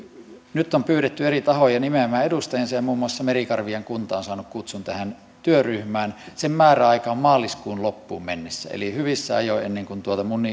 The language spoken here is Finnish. nyt on pyydetty eri tahoja nimeämään edustajansa ja muun muassa merikarvian kunta on saanut kutsun tähän työryhmään sen määräaika on maaliskuun loppuun mennessä eli hyvissä ajoin ennen kuin